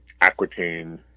Aquitaine